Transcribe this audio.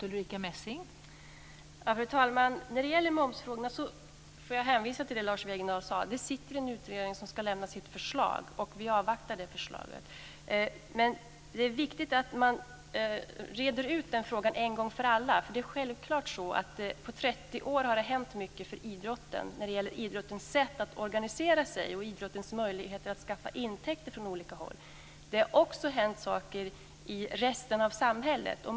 Fru talman! När det gäller momsfrågorna får jag hänvisa till det som Lars Wegendal sade. Det sitter en utredning som ska lämna sitt förslag. Vi avvaktar det förslaget. Men det är viktigt att man reder ut frågan en gång för alla. Det är självklart så att det har hänt mycket inom idrotten på 30 år. Det gäller idrottens sätt att organisera sig och idrottens möjligheter att skaffa intäkter från olika håll. Det har också hänt saker i resten av samhället.